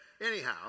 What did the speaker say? anyhow